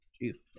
Jesus